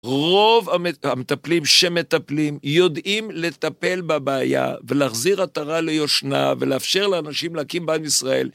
רוב המטפלים שמטפלים יודעים לטפל בבעיה ולהחזיר עטרה ליושנה ולאפשר לאנשים להקים בית ישראל.